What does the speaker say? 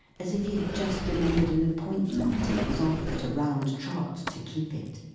as if he had just remembered an appointment, and was off, at a round trot, to keep it.